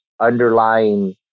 underlying